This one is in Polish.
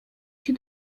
się